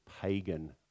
pagan